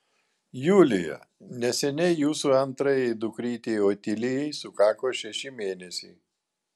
julija neseniai jūsų antrajai dukrytei otilijai sukako šeši mėnesiai